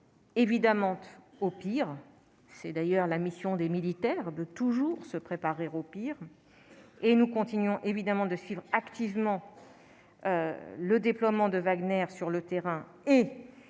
évidemment, au pire, c'est d'ailleurs la mission des militaires de toujours se préparer au pire et nous continuons évidemment de suivre activement le déploiement de Wagner sur le terrain et